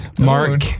Mark